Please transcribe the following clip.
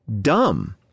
dumb